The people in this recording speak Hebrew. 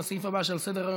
לסעיף הבא שעל סדר-היום,